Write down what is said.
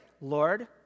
Lord